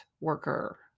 worker